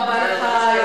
לך.